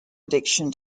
addiction